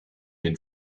den